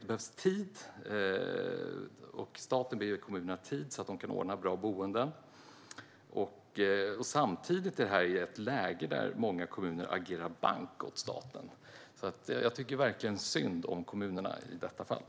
Det behövs tid. Staten bör ge kommunerna tid att ordna bra boenden. Samtidigt sker detta i ett läge där många kommuner agerar bank åt staten. Jag tycker verkligen synd om kommunerna i detta fall.